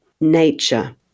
nature